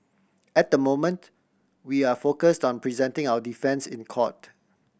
at the moment we are focus on presenting our defence in court